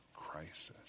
crisis